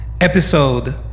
episode